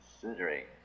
considering